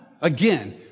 Again